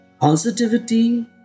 positivity